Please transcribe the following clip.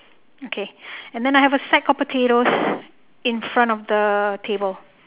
okay and then I have a sack of potatoes in front of the table